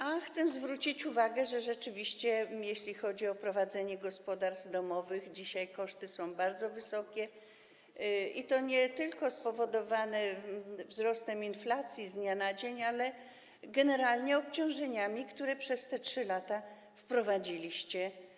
A chcę zwrócić uwagę, że rzeczywiście jeśli chodzi o prowadzenie gospodarstw domowych, to dzisiaj koszty są bardzo wysokie, i to jest spowodowane nie tylko wzrostem inflacji z dnia na dzień, ale i generalnie obciążeniami, które przez te 3 lata wprowadziliście.